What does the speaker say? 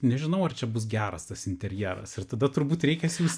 nežinau ar čia bus geras tas interjeras ir tada turbūt reikia siųs